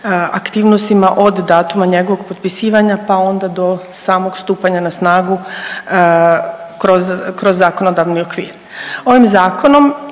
aktivnostima od datuma njegova potpisivanja pa onda do samog stupanja na snagu kroz zakonodavni okvir. Ovim zakonom